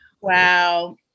Wow